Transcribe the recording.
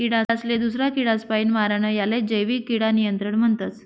किडासले दूसरा किडापासीन मारानं यालेच जैविक किडा नियंत्रण म्हणतस